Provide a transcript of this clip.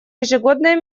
ежегодная